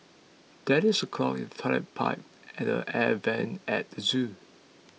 there is a clog in the Toilet Pipe and the Air Vents at the zoo